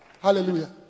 Hallelujah